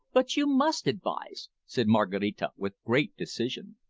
but you must advise, said maraquita, with great decision.